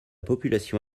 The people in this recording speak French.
population